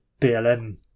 BLM